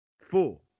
four